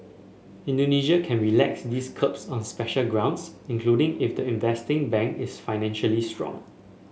Indonesia can relax these curbs on special grounds including if the investing bank is financially strong